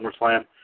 SummerSlam